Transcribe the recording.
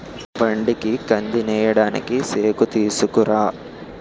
బండికి కందినేయడానికి సేకుతీసుకురా